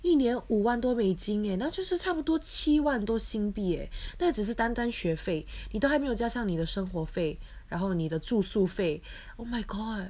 一年五万多美金 eh 那就是差不多七万多新币 eh 那只是单单学费你都还没有加上你的生活费然后你的蛛属非